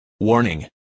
Warning